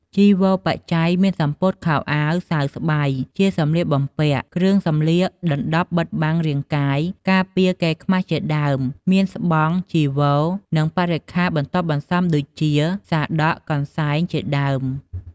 ចីវរបច្ច័យ មានសំពត់ខោអាវសាវស្បៃ ជាសម្លៀកបំពាក់ គ្រឿងសម្លៀកដណ្ដប់បិទបាំងរាងកាយ ការពារ កេរ្តិ៍ខ្មាស់ជាដើម មានស្បង់ ចីវរ និងបរិក្ខាបន្ទាប់បន្សំ ដូចជា សាដក កន្សែង ជាដើម។